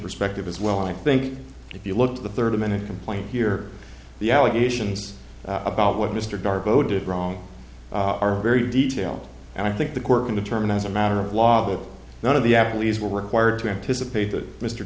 perspective as well i think if you look to the thirty minute complaint here the allegations about what mr garbo did wrong are very detailed and i think the court can determine as a matter of law that none of the adelies were required to anticipate that mr